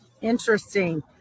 Interesting